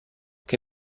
che